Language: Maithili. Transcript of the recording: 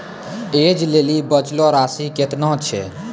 ऐज लेली बचलो राशि केतना छै?